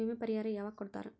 ವಿಮೆ ಪರಿಹಾರ ಯಾವಾಗ್ ಕೊಡ್ತಾರ?